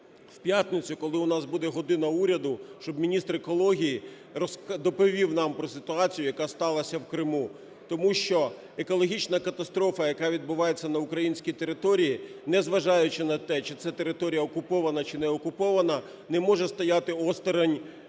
в п'ятницю, коли у нас буде "година Уряду", щоб міністр екології доповів нам про ситуацію, яка сталася в Криму, тому що екологічна катастрофа, яка відбувається на українській території, незважаючи на те, чи це територія окупована чи неокупована, не може стояти осторонь,